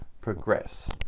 progress